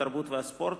התרבות והספורט,